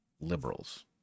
liberals